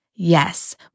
Yes